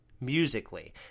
musically